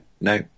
no